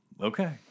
Okay